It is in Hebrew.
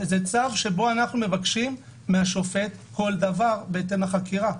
זה צו שבו אנחנו מבקשים מהשופט כל דבר בהתאם לחקירה.